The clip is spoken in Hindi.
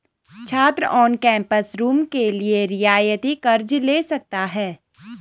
छात्र ऑन कैंपस रूम के लिए रियायती कर्ज़ ले सकता है